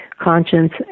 conscience